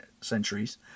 centuries